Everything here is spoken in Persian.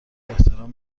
احترام